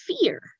fear